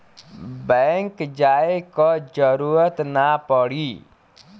bank जाये क जरूरत ना पड़ी